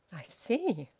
i see.